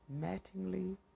Mattingly